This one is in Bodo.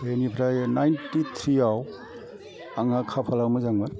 बेनिफ्राय नाइनथि ट्रियाव आंहा खाफाला मोजांमोन